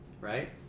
right